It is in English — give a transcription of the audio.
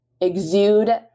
exude